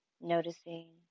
Noticing